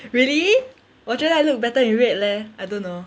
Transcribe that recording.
really 我觉得 I look better in red leh I don't know